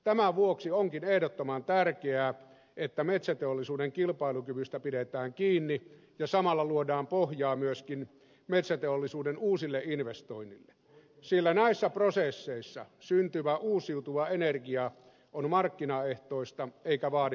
tämän vuoksi onkin ehdottoman tärkeää että metsäteollisuuden kilpailukyvystä pidetään kiinni ja samalla luodaan pohjaa myöskin metsäteollisuuden uusille investoinneille sillä näissä prosesseissa syntyvä uusiutuva energia on markkinaehtoista eikä vaadi veronmaksajien tukea